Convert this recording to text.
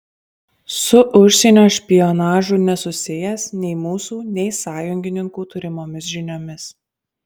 su užsienio špionažu nesusijęs nei mūsų nei sąjungininkų turimomis žiniomis